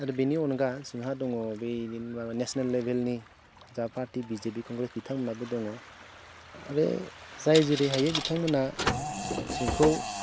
आरो बेनि अनगायै जोंहा दङ बै माबा नेसनेल लेभेलनि जा पार्टि बिजेपि कंग्रेस बिथांमोनाबो दङ आरो जाय जेरै हायो बिथांमोना जोंखौ